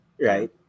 right